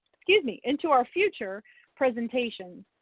excuse me, into our future presentations.